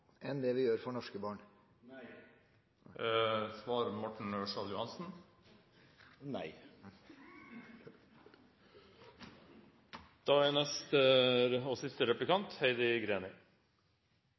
enn det vi gjør for norske barn? Nei. Representanten sier det er